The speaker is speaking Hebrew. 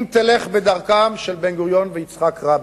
אם תלך בדרכם של בן-גוריון ויצחק רבין.